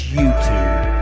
YouTube